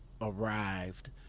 arrived